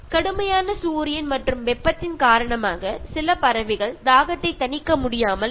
അവർക്ക് ദാഹം ശമിപ്പിക്കാൻ കഴിയാതെ വരികയും ചില പക്ഷികൾ അതുമൂലം മരിക്കുകയും ചെയ്യാറുണ്ട്